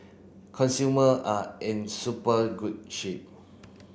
consumer are in super good shape